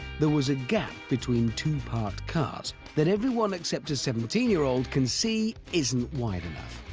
there was a gap between two parked cars that everyone, except a seventeen year old, can see isn't wide enough.